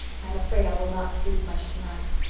i am afraid i will not sleep much tonight.